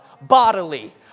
bodily